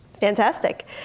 Fantastic